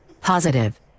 Positive